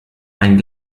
ein